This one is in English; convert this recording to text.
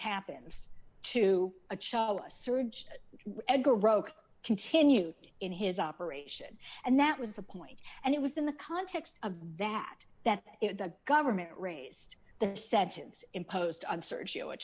happens to a challah surge and go broke continued in his operation and that was a point and it was in the context of that that if the government raised the sentence imposed on sergio a